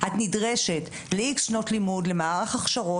סייעת לתלמיד עם צרכים